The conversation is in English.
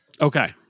Okay